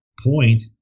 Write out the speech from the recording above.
point